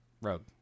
Rogue